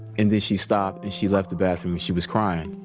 and then she stopped and she left the bathroom and she was crying.